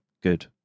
good